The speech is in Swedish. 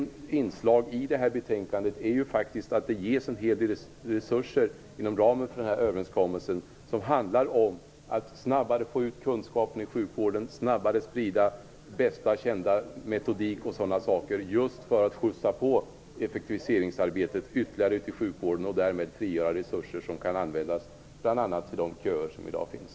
Ett inslag i det här betänkandet är ju faktiskt att det ges en hel del resurser, inom ramen för den här överenskommelsen, för att snabbare kunna få ut kunskapen i sjukvården, snabbare kunna sprida bästa kända metodik och sådana saker - just i syfte att ytterligare skjutsa på effektiviseringsarbetet i sjukvården och därmed frigöra resurser som kan användas bl.a. till de köer som i dag finns.